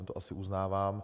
To asi uznávám.